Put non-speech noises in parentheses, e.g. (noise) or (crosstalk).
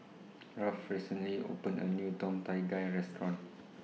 (noise) Ralph recently opened A New Tom Kha Gai Restaurant